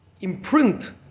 imprint